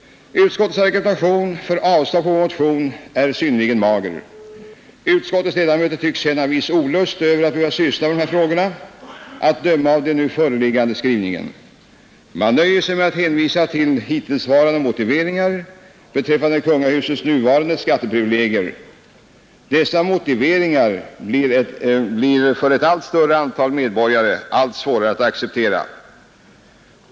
Utskottets argumentation för avslag på vår motion är synnerligen mager. Utskottets ledamöter tycks känna en viss olust över att behöva syssla med dessa frågor, att döma av den nu föreliggande skrivningen. Man nöjer sig med att hänvisa till hittillsvarande motiveringar beträffande kungahusets nuvarande skatteprivilegier. Dessa motiveringar blir för ett allt större antal medborgare allt svårare att acceptera.